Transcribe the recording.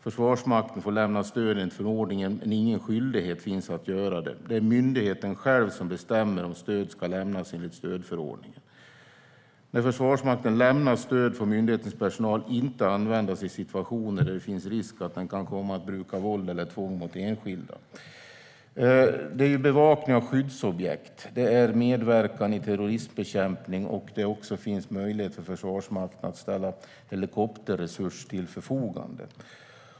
Försvarsmakten får lämna stödet enligt förordningen, men det finns ingen skyldighet att göra det. Det är myndigheten själv som bestämmer om stöd ska lämnas enligt stödförordningen. När Försvarsmakten lämnar stöd får myndighetens personal inte användas i situationer där det finns risk för att den kan komma att bruka våld eller tvång mot enskilda. Det är fråga om bevakning av skyddsobjekt och medverkan i terroristbekämpning samt när det finns möjlighet för Försvarsmakten att ställa helikopterresurser till förfogande.